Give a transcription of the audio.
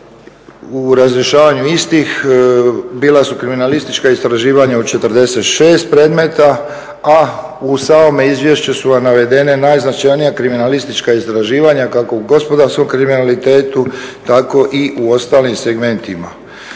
u razrješavanju istih bila su kriminalistička istraživanja u 46 predmeta, a u samome izvješću su vam navedene najznačajnija kriminalistička istraživanja kako u gospodarskom kriminalitetu tako i u ostalim segmentima.